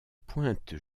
pointes